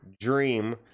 dream